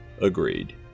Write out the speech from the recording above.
Agreed